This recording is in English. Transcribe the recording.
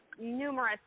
numerous